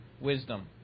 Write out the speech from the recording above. wisdom